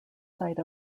site